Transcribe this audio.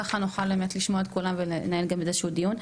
ככה נוכל באמת לשמוע את כולם ולנהל איזשהו דיון.